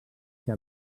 què